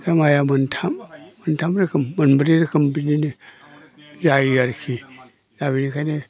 खोमाया मोनथाम मोनथाम रोखोम मोनब्रै रोखोम बिदिनो जायो आरोखि दा बिनिखायनो